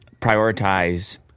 prioritize